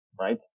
right